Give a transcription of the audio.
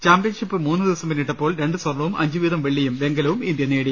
championship മൂന്നു ദിവസം പിന്നിട്ടപ്പോൾ രണ്ട് സ്വർണ്ണവും അഞ്ചുവീതം വെള്ളിയും വെങ്കലവും ഇന്ത്യ നേടി